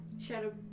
Shadow